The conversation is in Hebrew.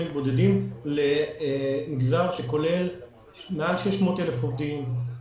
בודדים למגזר שכולל מעל 600,000 עובדים,